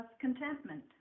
contentment